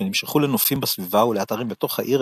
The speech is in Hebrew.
שנמשכו לנופים בסביבה ולאתרים בתוך העיר,